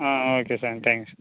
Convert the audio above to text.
ah okay sir thank you sir